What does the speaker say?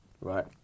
right